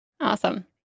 Awesome